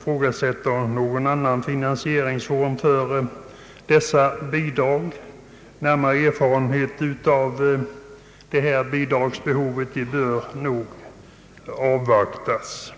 ifrågasätta någon annan finansieringsform för dessa bidrag. Närmare erfarenhet av bidragsbehovet bör nog avvaktas.